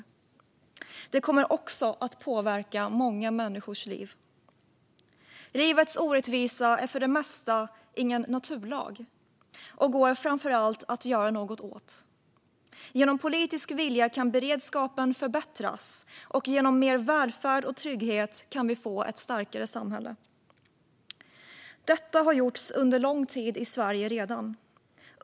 Detta kommer också att påverka många människors liv. Livets orättvisa är för det mesta ingen naturlag, och det går framför allt att göra någonting åt den. Genom politisk vilja kan beredskapen förbättras, och genom mer välfärd och trygghet kan vi få ett starkare samhälle. Detta har redan gjorts under lång tid i Sverige.